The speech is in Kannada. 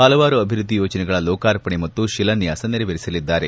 ಹಲವಾರು ಅಭಿವೃದ್ಧಿ ಯೋಜನೆಗಳ ಲೋಕಾರ್ಪಣೆ ಮತ್ತು ಶಿಲಾನ್ಯಾಸ ನೆರವೇರಿಸಲಿದ್ದಾರೆ